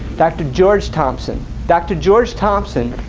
dr. george thompson dr george thompson